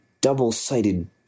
double-sided